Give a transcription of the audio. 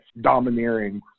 domineering